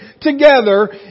together